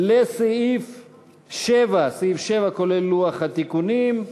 לסעיף 7, סעיף 7 כולל לוח התיקונים.